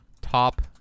Top